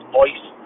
voice